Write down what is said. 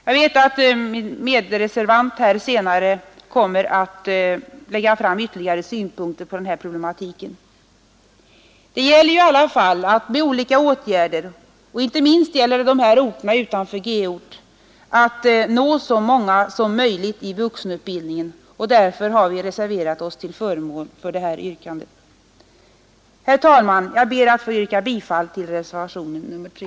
Jag vet att en av mina medreservanter kommer att anföra ytterligare synpunkter på den här problematiken. Det gäller ju i alla fall att med olika åtgärder — och inte minst är det fråga om orterna utanför g-ort — nå så många som möjligt i vuxenutbildningen, och därför har vi reserverat oss till förmån för det här yrkandet. Herr talman! Jag ber att få yrka bifall till reservationen 3.